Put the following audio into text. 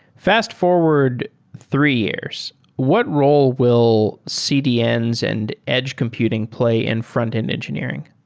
fast forward three years. what role will cdns and edge computing play in frontend engineering?